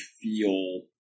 feel